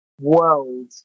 world